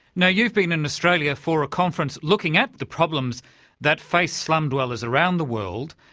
now you've been in australia for a conference looking at the problems that face slum-dwellers around the world.